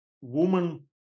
woman